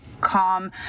calm